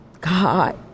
God